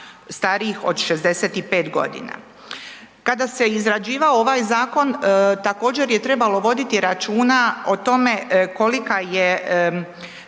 starijih od 65.g. Kada se izrađivao ovaj zakon također je trebalo voditi računa o tome kolika je